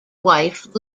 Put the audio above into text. wife